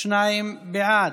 שניים בעד.